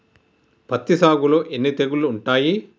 పత్తి సాగులో ఎన్ని తెగుళ్లు ఉంటాయి?